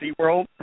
SeaWorld